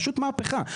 פשוט מהפכה,